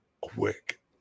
quick